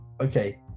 okay